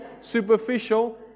superficial